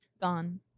Gone